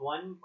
One